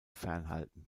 fernhalten